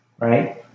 right